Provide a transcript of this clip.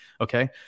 Okay